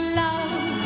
love